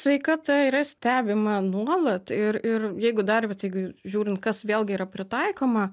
sveikata yra stebima nuolat ir ir jeigu dar vat jeigu žiūrint kas vėlgi yra pritaikoma